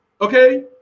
Okay